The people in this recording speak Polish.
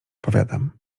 powiadam